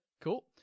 Cool